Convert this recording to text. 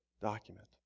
document